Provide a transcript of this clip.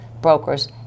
brokers